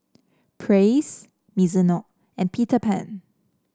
Praise Mizuno and Peter Pan